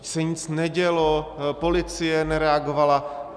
Vždyť se nic nedělo, policie nereagovala.